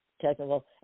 technical